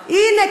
הינה,